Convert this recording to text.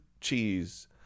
cheese